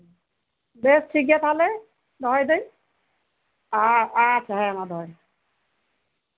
ᱵᱮᱥ ᱴᱷᱤᱠᱜᱮᱭᱟ ᱛᱟᱞᱦᱮ ᱫᱚᱦᱚᱭᱫᱟᱹᱧ ᱟᱪᱪᱷᱟ ᱦᱮᱸᱢᱟ ᱫᱚᱦᱚᱭ ᱢᱮ